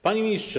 Panie Ministrze!